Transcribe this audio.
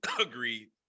Agreed